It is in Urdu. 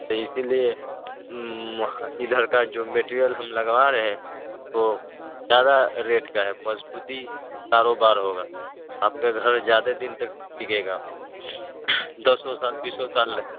تو اسی لیے ادھر کا جو میٹیریل ہم لگوا رہے وہ زیادہ ریٹ کا ہے مضبوطی کاروبار ہوگا آپ کے گھر زیادہ دن تک ٹکے گا دسوں سال بیسوں سال لگے